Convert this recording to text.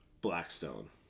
Blackstone